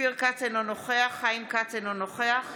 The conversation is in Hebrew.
אינו נוכח חיים כץ, אינו נוכח